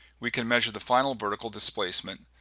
we can measure the final vertical displacement,